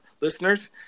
listeners